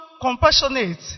compassionate